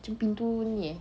macam pintu ni eh